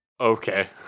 Okay